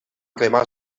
cremar